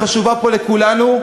חשובה פה לכולנו,